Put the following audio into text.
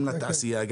גם לתעשייה,